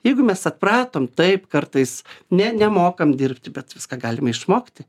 jeigu mes atpratom taip kartais ne nemokam dirbti bet viską galime išmokti